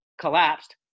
collapsed